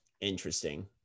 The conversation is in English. interesting